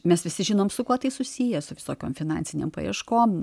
mes visi žinom su kuo tai susiję su visokiom finansinėm paieškom